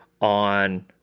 on